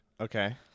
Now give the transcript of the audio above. Okay